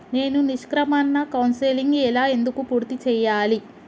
నేను నిష్క్రమణ కౌన్సెలింగ్ ఎలా ఎందుకు పూర్తి చేయాలి?